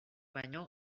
baino